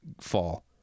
fall